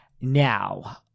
Now